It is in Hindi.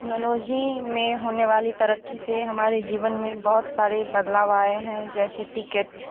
टेक्नोलॉजी में होने वाली तरक्की से हमारे जीवन में बहुत सारे बदलाव आए हैं जैसे टिकट